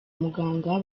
muganga